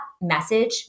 message